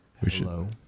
Hello